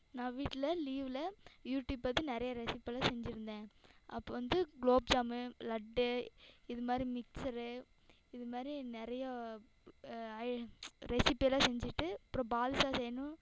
நான் வீட்டில் லீவில் யூடியூப் பார்த்து நிறைய ரெசிப்பிலாம் செஞ்சிருந்தேன் அப்போ வந்து குலோப் ஜாமு லட்டு இது மாதிரி மிக்ஸரு இது மாதிரி நிறையா ஐ ரெசிப்பி எல்லாம் செஞ்சிட்டு அப்புறம் பாதுஷா செய்யணும்